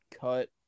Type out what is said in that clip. cut